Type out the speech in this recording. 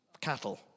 cattle